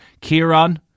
Kieran